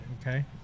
Okay